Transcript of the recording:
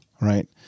right